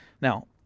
Now